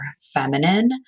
feminine